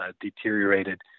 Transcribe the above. deteriorated